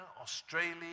Australia